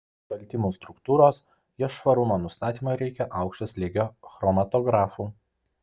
baltymų struktūros jos švarumo nustatymui reikia aukšto slėgio chromatografų